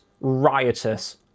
riotous